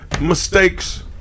mistakes